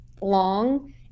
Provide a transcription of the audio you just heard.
long